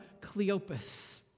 Cleopas